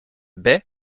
baies